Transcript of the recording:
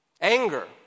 Anger